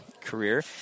career